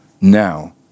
now